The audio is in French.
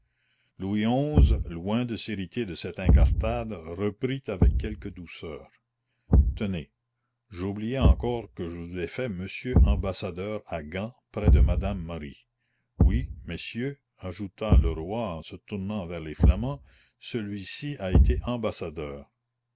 louis xi loin de s'irriter de cette incartade reprit avec quelque douceur tenez j'oubliais encore que je vous ai fait mon ambassadeur à gand près de madame marie oui messieurs ajouta le roi en se tournant vers les flamands celui-ci a été ambassadeur